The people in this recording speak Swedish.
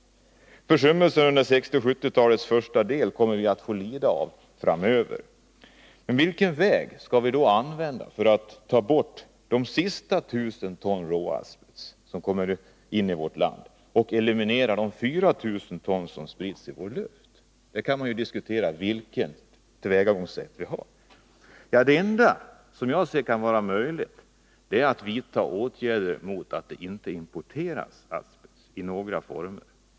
Försummelser under främst 1960-talet och 1970-talets första del kommer vi att få lida av framöver. Men vilken väg skall vi då använda för att få bort dessa sista 1 000 ton råasbest som kommer in i vårt land varje år och eliminera de 4 000 ton som sprids i luften? Man kan diskutera vilket tillvägagångssätt vi skall använda. Det enda som jag anser vara möjligt är att vidta åtgärder mot import av asbest i olika former.